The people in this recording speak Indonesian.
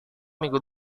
minggu